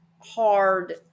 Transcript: hard